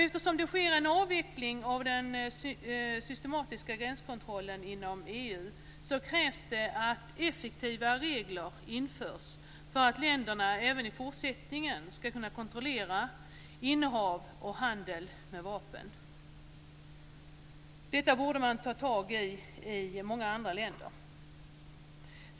Eftersom det sker en avveckling av den systematiska gränskontrollen inom EU krävs det att effektiva regler införs för att länderna även i fortsättningen ska kunna kontrollera innehav och handel med vapen. Detta borde man i många andra länder också ta tag i.